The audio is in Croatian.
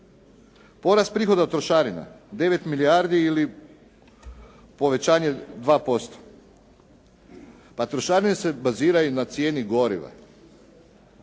Porast prihoda od trošarina, 9 milijardi ili povećanje 2%. A trošarine se baziraju na cijeni goriva.